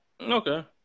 Okay